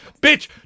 bitch